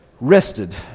rested